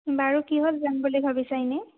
বাৰু কিহত যাম বুলি ভাবিছা এনে